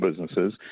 businesses